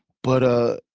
but